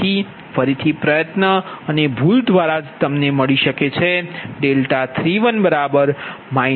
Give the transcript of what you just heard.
તેથી ફરીથી પ્રયત્ન અને ભૂલ દ્વારા જ તમને મળી શકે છે